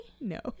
No